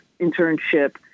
internship